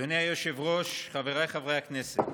אדוני היושב-ראש, חבריי חברי הכנסת,